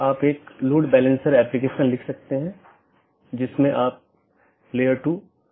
वोह इसको यह ड्रॉप या ब्लॉक कर सकता है एक पारगमन AS भी होता है